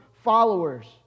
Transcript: followers